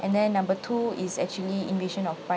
and then number two is actually invasion of